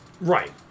Right